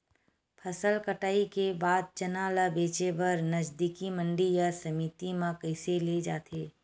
फसल कटाई के बाद चना ला बेचे बर नजदीकी मंडी या समिति मा कइसे ले जाथे?